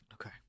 Okay